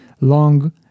long